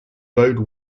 rode